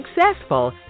successful